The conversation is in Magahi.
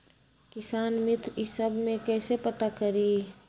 किसान मित्र ई सब मे कईसे पता करी?